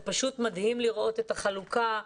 זה פשוט מדהים לראות את החלוקה.